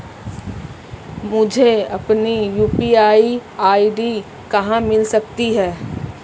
मुझे अपनी UPI ID कहां मिल सकती है?